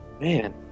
Man